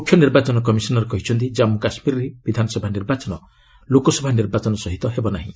ମୁଖ୍ୟ ନିର୍ବାଚନ କମିଶନର୍ କହିଛନ୍ତି ଜନ୍ମୁ କାଶ୍ମିରରେ ବିଧାନସଭା ନିର୍ବାଚନ ଲୋକସଭା ନିର୍ବାଚନ ସହିତ ହେବ ନାହିଁ